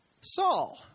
Saul